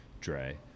Dre